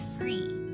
free